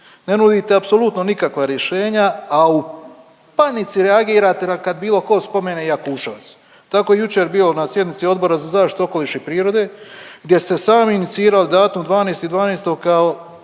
Ne nudite apsolutno nikakva rješenja, a u panici reagirate na kad bilo tko spomene Jakuševac. Tako je jučer bilo na sjednici Odbora za zaštitu okoliša i prirode, gdje ste sami inicirali datum 12.12. kao